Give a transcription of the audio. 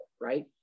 right